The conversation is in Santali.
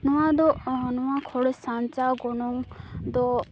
ᱱᱚᱣᱟ ᱫᱚ ᱱᱚᱣᱟ ᱠᱷᱚᱨᱚᱪ ᱥᱟᱧᱪᱟᱣ ᱜᱚᱱᱚᱝ ᱫᱚ